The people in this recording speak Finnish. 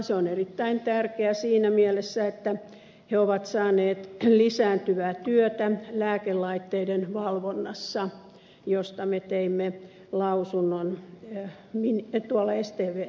se on erittäin tärkeää siinä mielessä että he ovat saaneet lisääntyvää työtä lääkelaitteiden valvonnassa mistä me teimme lausunnon stvssä